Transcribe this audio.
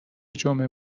جمعه